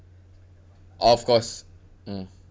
of course mm